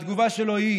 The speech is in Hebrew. התגובה שלו היא: